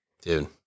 Dude